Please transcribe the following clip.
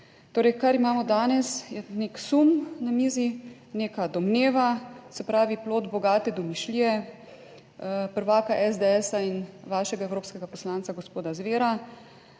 Torej, kar imamo danes, je nek sum na mizi, neka domneva, se pravi plod bogate domišljije prvaka SDS in vašega evropskega poslanca gospoda Zvera,